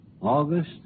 August